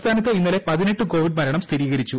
സംസ്ഥാനത്ത് ഇന്നലെ പതിന്നെട്ട് ്കോവിഡ് മരണം സ്ഥിരീകരിച്ചു